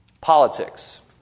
politics